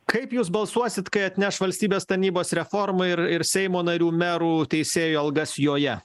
kaip jūs balsuosit kai atneš valstybės tarnybos reformą ir ir seimo narių merų teisėjų algas joje